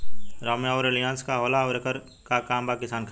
रोम्वे आउर एलियान्ज का होला आउरएकर का काम बा किसान खातिर?